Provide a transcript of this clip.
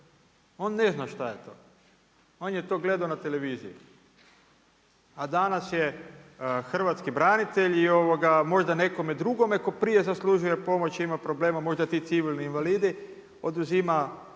on ne zna šta je to, on je to gledao na televiziji. A danas je hrvatski branitelj i možda nekome drugome ko prije zaslužuje pomoć ima problema, možda ti civilni invalidi oduzima